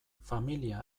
familia